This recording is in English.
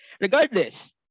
Regardless